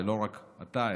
ולא רק אתה,